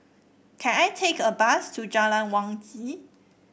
can I take a bus to Jalan Wangi